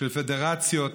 של פדרציות,